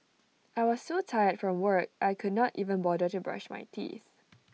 I was so tired from work I could not even bother to brush my teeth